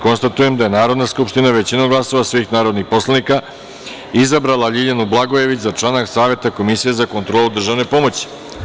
Konstatujem da je Narodna skupština većinom glasova svih narodnih poslanika izabrala Ljiljanu Blagojević za člana Saveta Komisije za kontrolu državne pomoći.